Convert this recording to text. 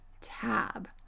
tab